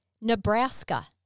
Nebraska